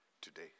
today